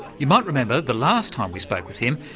you might remember the last time we spoke with him,